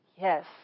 Yes